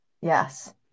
Yes